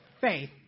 faith